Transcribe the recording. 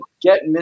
get